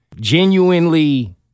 genuinely